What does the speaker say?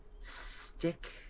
stick